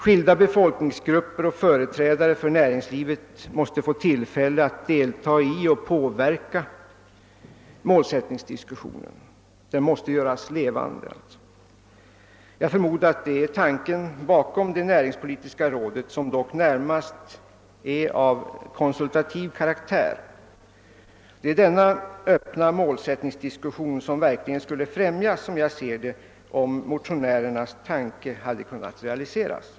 Skilda befolkningsgrupper och företrädare för näringslivet måste få till fälle att delta i och påverka målsättningsdiskussionen. Den måste göras levande. Jag förmodar att det också är tanken bakom det näringspolitiska rådet, som dock närmast är av konsultativ karaktär. Denna öppna målsättningsdiskussion skulle verkligen främjas om motionärernas tanke realiserades.